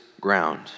ground